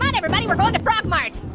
ah everybody, we're going to frog mart.